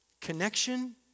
Connection